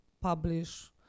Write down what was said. publish